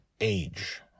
age